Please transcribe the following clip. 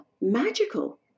magical